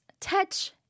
Touch